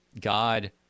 God